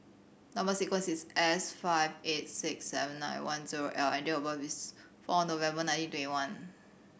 number sequence is S five eight six seven nine one zero L and date of birth is four November nineteen twenty one